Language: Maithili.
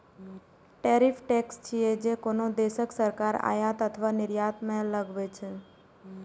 टैरिफ टैक्स छियै, जे कोनो देशक सरकार आयात अथवा निर्यात पर लगबै छै